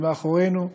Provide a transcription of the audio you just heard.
זה מאחורינו,